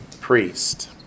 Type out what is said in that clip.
priest